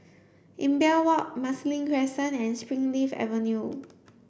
Imbiah Walk Marsiling Crescent and Springleaf Avenue